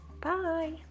Bye